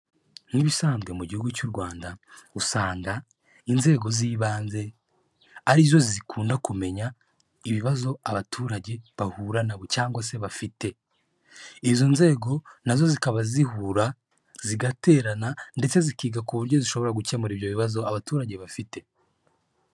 Nk'ibisanzwe mu gihugu cy'u Rwanda usanga inzego z'ibanze ari zo zikunda kumenya ibibazo abaturage bahura na byo cyangwa se bafite. Izo nzego na zo zikaba zihura, zigaterana ndetse zikiga ku buryo zishobora gukemura ibyo bibazo abaturage bafite.